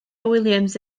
williams